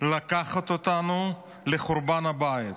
לוקחת אותנו לחורבן הבית.